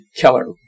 Keller